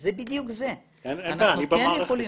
אז זה בדיוק זה --- אין בעיה, אני במערכת.